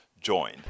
join